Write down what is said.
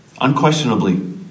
unquestionably